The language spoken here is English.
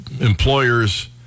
employers